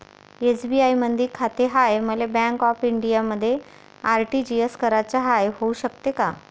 SBI मधी खाते हाय, मले बँक ऑफ इंडियामध्ये आर.टी.जी.एस कराच हाय, होऊ शकते का?